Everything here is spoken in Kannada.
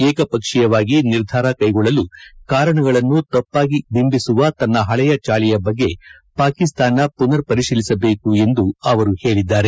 ಏಕಪಕ್ಷೀಯವಾಗಿ ನಿರ್ಧಾರಕೈಗೊಳ್ಳಲು ಕಾರಣಗಳನ್ನು ತಪ್ಪಾಗಿ ಬಿಂಬಿಸುವ ತನ್ನ ಹಳೆಯ ಚಾಳಿಯ ಬಗ್ಗೆ ಪಾಕಿಸ್ತಾನ ಪುನರ್ ಪರಿಶೀಲಿಸಬೇಕು ಎಂದು ಅವರು ಹೇಳಿದ್ದಾರೆ